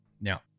Now